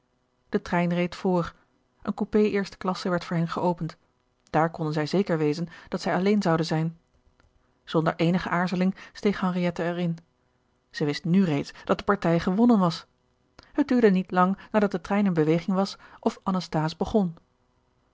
de trein reed voor een coupé eerste klasse werd voor hen geopend daar konden zij zeker wezen dat zij alleen zouden zijn zonder eenige aarzeling steeg henriette er in zij wist nu reeds dat de partij gewonnen was gerard keller het testament van mevrouw de tonnette het duurde niet lang nadat de trein in beweging was of anasthase begon